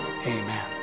Amen